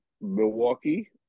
Milwaukee